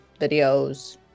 videos